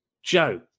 Joe